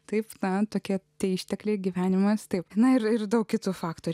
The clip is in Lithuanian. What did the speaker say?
taip ten tokie tie ištekliai gyvenimas taip na ir daug kitų faktorių